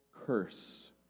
curse